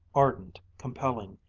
ardent, compelling,